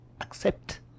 accept